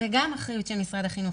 זו גם אחריות של משרד החינוך.